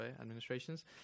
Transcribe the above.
administrations